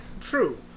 true